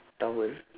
towel